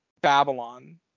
Babylon